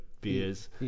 Beers